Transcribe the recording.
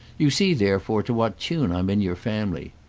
you see therefore to what tune i'm in your family.